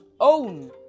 own